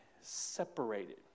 separated